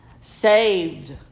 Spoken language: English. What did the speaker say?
Saved